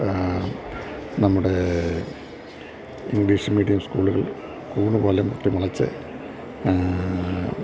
നമ്മുടെ English medium സ്കൂളുകൾ കൂണുപോലെ പൊട്ടിമുളച്ച്